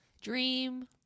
Dream